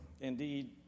Indeed